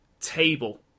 table